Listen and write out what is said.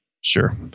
sure